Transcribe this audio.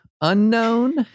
unknown